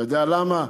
אתה יודע למה?